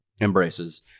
embraces